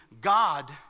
God